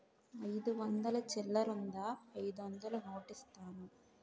అయిదు వందలు చిల్లరుందా అయిదొందలు నోటిస్తాను?